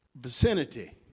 vicinity